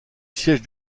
siège